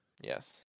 Yes